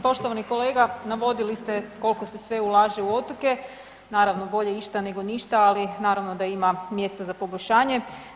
Poštovani kolega navodili ste koliko se sve ulaže u otoke, naravno bolje išta nego ništa, ali naravno da ima mjesta za poboljšanje.